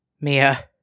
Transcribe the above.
Mia